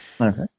Okay